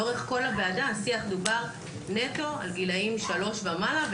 לאורך כל הוועדה השיח דובר נטו על גילאים 3 ומעלה,